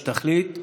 שתחליט,